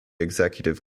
executive